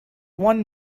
one